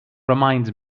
reminds